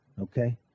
Okay